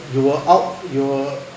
you were out you're